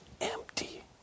empty